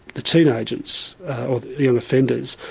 the teenagers, the and offenders,